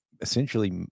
essentially